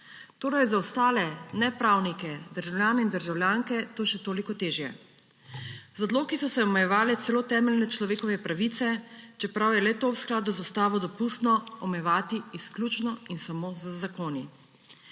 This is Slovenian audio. Torej je za ostale nepravnike, državljane in državljanke to še toliko težje. Z odloki so se omejevale celo temeljne človekove pravice, čeprav je le-to v skladu z Ustavo dopustno omejevati izključno in samo z zakoni.